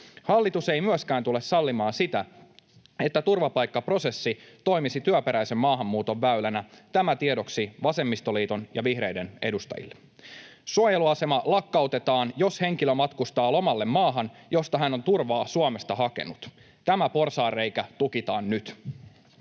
Hallitus ei myöskään tule sallimaan sitä, että turvapaikkaprosessi toimisi työperäisen maahanmuuton väylänä — tämä tiedoksi vasemmistoliiton ja vihreiden edustajille. Suojeluasema lakkautetaan, jos henkilö matkustaa lomalle maahan, josta hän on turvaa Suomesta hakenut. Tämä porsaanreikä tukitaan nyt.